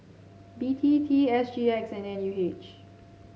B T T S G X and N U H